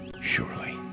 Surely